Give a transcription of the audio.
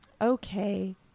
okay